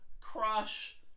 crush